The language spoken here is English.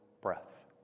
breath